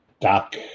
Doc